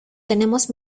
tenemos